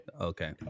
Okay